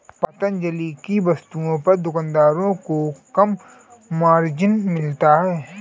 पतंजलि की वस्तुओं पर दुकानदारों को कम मार्जिन मिलता है